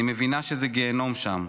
אני מבינה שזה גיהינום שם.